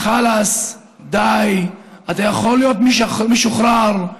חלאס, די, אתה יכול להיות משוחרר,